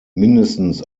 mindestens